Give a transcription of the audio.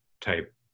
type